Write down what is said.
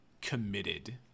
committed